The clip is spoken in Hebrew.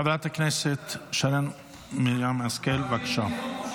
חברת הכנסת שרן מרים השכל, בבקשה.